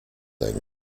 ein